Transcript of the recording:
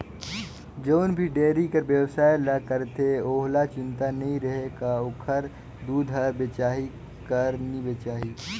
जउन भी डेयरी कर बेवसाय ल करथे ओहला चिंता नी रहें कर ओखर दूद हर बेचाही कर नी बेचाही